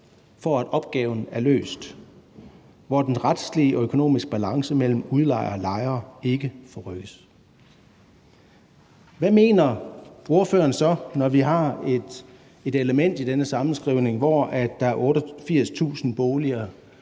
for, at opgaven er løst, nemlig at den retslige og økonomiske balance mellem udlejere og lejere ikke forrykkes. Hvad mener ordføreren så om, at vi har et element i denne sammenskrivning, hvor der er lejere i 88.000 boliger